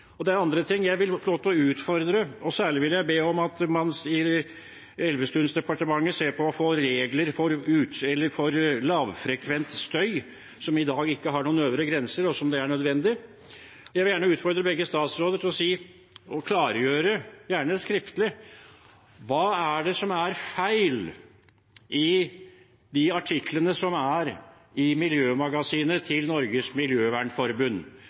Det er også andre ting jeg vil få lov til å utfordre på. Særlig vil jeg be om at man i Elvestuens departement ser på å få regler for lavfrekvent støy, som i dag ikke har noen øvre grense, og som er nødvendig. Jeg vil gjerne utfordre begge statsråder til å klargjøre, gjerne skriftlig, hva det er som er feil i de artiklene som står i Miljømagasinet til Norges Miljøvernforbund.